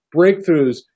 breakthroughs